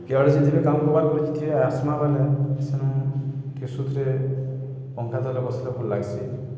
କିଆଡ଼ ଯେବେ କାମ୍ କର୍ବାର୍ ପରେ ଯେବେ ଆସ୍ମା ବଲେ ସେନୁ କି ସୁଖ୍ରେ ପଙ୍ଖା ତଲେ ବସ୍ଲେ ଭଲ୍ ଲାଗ୍ସି